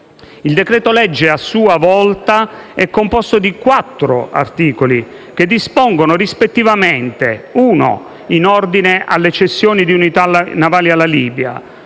Il decreto-legge, a sua volta, si compone di 4 articoli che dispongono, rispettivamente: in ordine alle cessioni di unità navali alla Libia